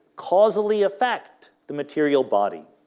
causally affect the material body